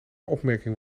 opmerking